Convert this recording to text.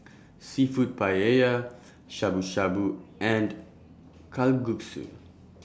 Seafood Paella Shabu Shabu and Kalguksu